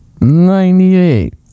Ninety-eight